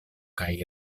kaj